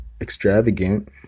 extravagant